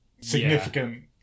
significant